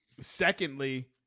Secondly